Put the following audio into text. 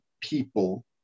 people